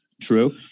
True